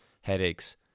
headaches